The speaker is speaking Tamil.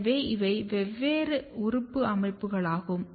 எனவே இவை வெவ்வேறு உறுப்பு அமைப்புகளாகும்